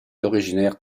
originaire